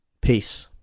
Peace